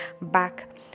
back